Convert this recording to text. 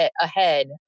ahead